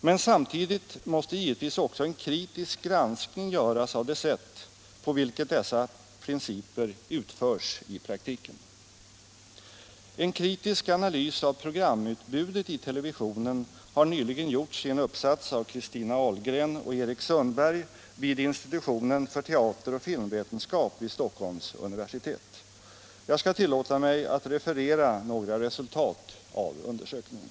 Men samtidigt måste givetvis en kritisk granskning göras av det sätt på vilket dessa principer följs i praktiken. En kritisk analys av programutbudet i televisionen har nyligen gjorts i en uppsats av Christina Ahlgren och Erik Sundberg vid institutionen för teateroch filmvetenskap vid Stockholms universitet. Jag skall tillåta mig att referera några resultat av undersökningen.